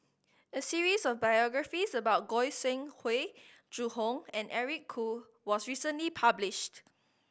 a series of biographies about Goi Seng Hui Zhu Hong and Eric Khoo was recently published